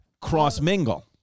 cross-mingle